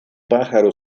pájaro